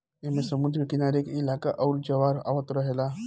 ऐमे समुद्र के किनारे के इलाका आउर ज्वार आवत रहेला